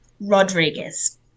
Rodriguez